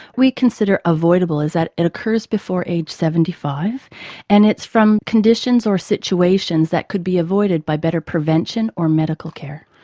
we consider avoidable as that it occurs before age seventy five and it's from conditions or situations that could be avoided by better prevention or medical care.